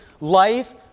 life